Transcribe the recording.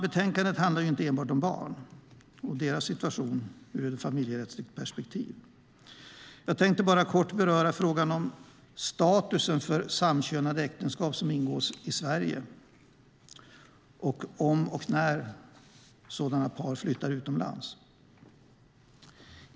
Betänkandet handlar inte enbart om barn och deras situation i ett familjerättsligt perspektiv. Jag ska kort beröra frågan om statusen för samkönade äktenskap som ingås i Sverige om och när sådana par flyttar utomlands.